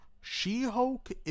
She-Hulk